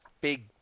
Big